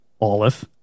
Olive